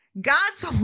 God's